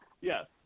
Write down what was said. yes